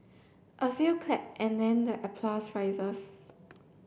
a few clap and then the applause rises